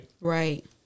Right